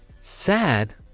sad